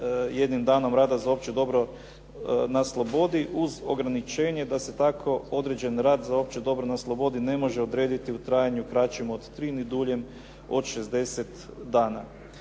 jednim danom rada za opće dobro na slobodi uz ograničenje da se tako određen rad za opće dobro na slobodi ne može odrediti u trajanju kraćem od 3 ni duljem od 60 dana.